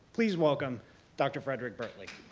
please welcome dr. frederic bertley.